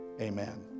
amen